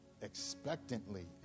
expectantly